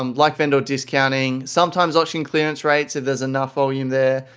um like vendor discounting, sometimes auction clearance rates if there's enough volume there,